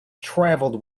travelled